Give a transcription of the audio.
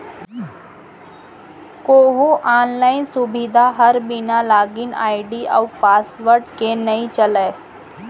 कोहूँ आनलाइन सुबिधा हर बिना लॉगिन आईडी अउ पासवर्ड के नइ चलय